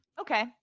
Okay